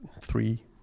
three